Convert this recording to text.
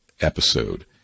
episode